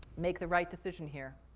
make the right decision here?